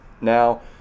Now